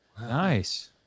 Nice